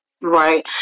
Right